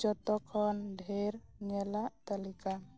ᱡᱚᱛᱚ ᱠᱷᱚᱱ ᱰᱷᱮᱨ ᱧᱮᱞᱟᱜ ᱛᱟᱞᱤᱠᱟ